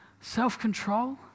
self-control